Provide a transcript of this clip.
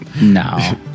no